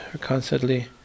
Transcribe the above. Constantly